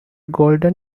golden